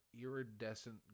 iridescent